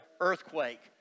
earthquake